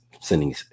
sending